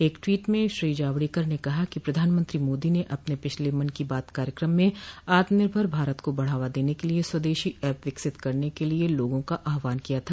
एक ट्वीट में श्री जावेडकर ने कहा कि प्रधानमंत्री मोदी ने अपने पिछले मन की बात कार्यक्रम में आत्मनिर्भर भारत को बढ़ावा देने के लिए स्वदेशी एप विकसित करने के लिए लोगों का आह्वान किया था